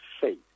faith